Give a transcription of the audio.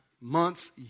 months